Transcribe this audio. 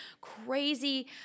crazy